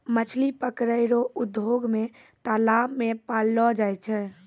मछली पकड़ै रो उद्योग मे तालाब मे पाललो जाय छै